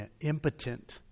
impotent